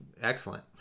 excellent